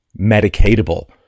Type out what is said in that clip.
medicatable